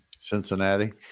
Cincinnati